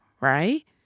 right